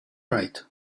right